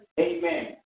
Amen